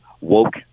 woke